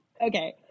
okay